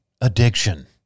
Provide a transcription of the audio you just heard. addiction